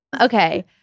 Okay